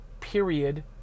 period